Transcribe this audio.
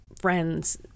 friends